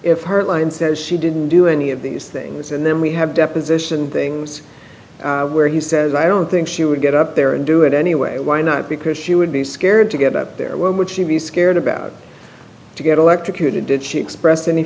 if her line says she didn't do any of these things and then we have deposition things where he says i don't think she would get up there and do it anyway why not because she would be scared to get up there when would she be scared about to get electrocuted did she express any